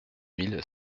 mille